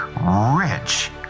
rich